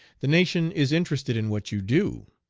the nation is interested in what you do.